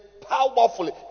powerfully